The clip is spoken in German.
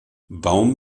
baum